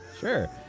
Sure